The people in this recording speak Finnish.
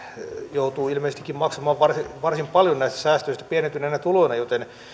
joutuu ilmeisestikin maksamaan varsin paljon näistä säästöistä pienentyneinä tuloina joten